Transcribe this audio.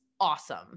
awesome